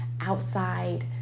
outside